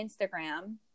Instagram